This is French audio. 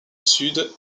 sud